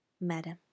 madam